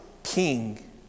King